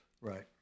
right